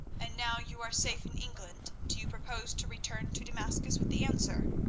and now you are safe in england, do you purpose to return to damascus with the answer,